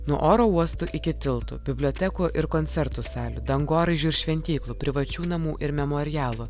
nuo oro uostų iki tiltų bibliotekų ir koncertų salių dangoraižių ir šventyklų privačių namų ir memorialų